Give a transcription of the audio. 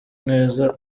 neza